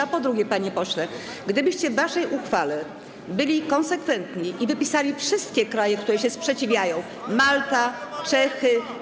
A po drugie, panie pośle, gdybyście w waszej uchwale byli konsekwentni i wypisali wszystkie kraje, które się sprzeciwiają: Malta, Czechy.